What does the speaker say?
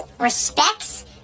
respects